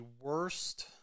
worst